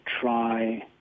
try